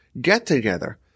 get-together